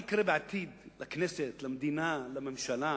מה יקרה בעתיד לכנסת, למדינה, לממשלה.